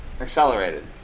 accelerated